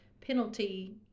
penalty